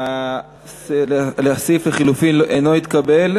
לא התקבל.